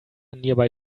nearby